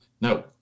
No